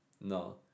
No